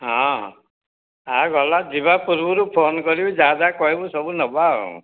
ହଁ ହଁ ଗଲା ଯିବା ପୃର୍ବରୁ ଫୋନ୍ କରିବି ଯାହା ଯାହା କହିବୁ ସବୁ ନେବା ଆଉ